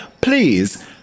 please